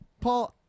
Paul